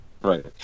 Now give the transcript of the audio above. Right